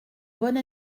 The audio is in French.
bonne